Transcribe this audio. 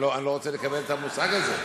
אני לא רוצה לקבל את המושג הזה.